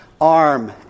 arm